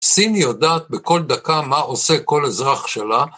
סין יודעת בכל דקה מה עושה כל אזרח שלה.